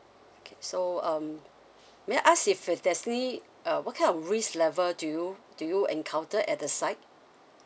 okay so um may I ask if uh there's any uh what kind of risk level do you do you encounter at the site